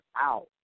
out